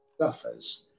suffers